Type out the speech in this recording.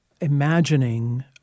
imagining